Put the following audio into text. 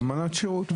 אמנת שירות.